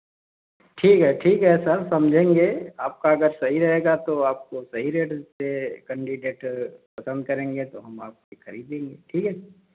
ठीक है ठीक है सर समझेंगे आपका अगर सही रहेगा तो आपको सही रेट से कंडीडेट पसंद करेंगे तो हम आपसे खरीदेंगे ठीक है